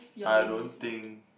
I don't think